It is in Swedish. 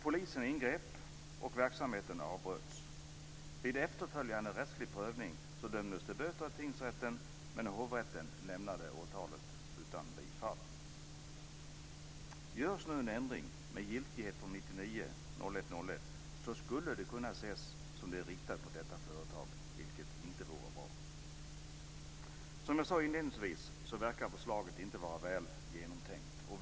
Polisen ingrep, och verksamheten avbröts. Vid efterföljande rättslig prövning dömdes till böter i tingsrätten, men hovrätten lämnade åtalet utan bifall. Görs nu en ändring med giltighet från den 1 januari 1999 skulle det kunna ses som om det är riktat mot detta företag, vilket inte vore bra. Som jag sade inledningsvis verkar förslaget inte vara väl genomtänkt.